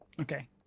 Okay